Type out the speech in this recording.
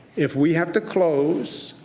if we have to close,